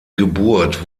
geburt